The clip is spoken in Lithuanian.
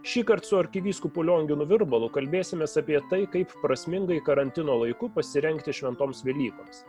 šįkart su arkivyskupu lionginu virbalu kalbėsimės apie tai kaip prasmingai karantino laiku pasirengti šventoms velykoms